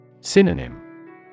Synonym